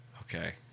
Okay